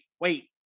wait